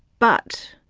but,